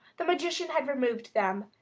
the magician had removed them,